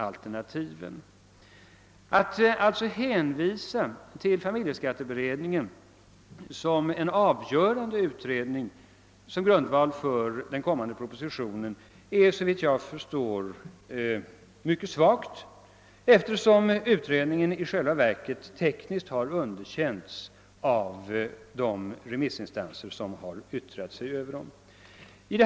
Att alltså hänvisa till familjeskatteberedningen som en avgörande utredning och som grundval för den kommande propositionen är såvitt jag förstår mycket svagt, eftersom beredningen i själva verket har underkänts tekniskt av de remissinstanser som yttrat sig över förslagen.